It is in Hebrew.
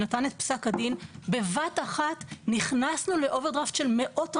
נתן את פסק הדין בבת אחת נכנסנו לאוברדרפט של מאות רבות,